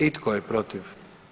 I tko je protiv?